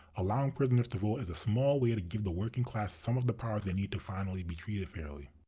allowing prisoners to vote is a small way to give the working class some of the power they need to finally be treated fairly.